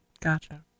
Gotcha